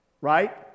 Right